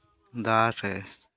ᱫᱟᱨᱮ